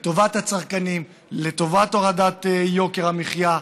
לטובת הצרכנים ולטובת הורדת יוקר המחיה.